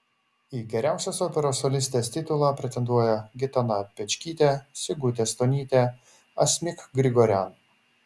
į geriausios operos solistės titulą pretenduoja gitana pečkytė sigutė stonytė asmik grigorian